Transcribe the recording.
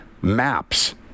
Maps